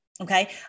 Okay